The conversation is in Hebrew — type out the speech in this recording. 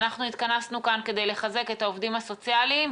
אנחנו התכנסנו כאן כדי לחזק את העובדים הסוציאליים.